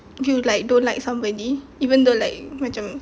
you like don't like somebody even though like macam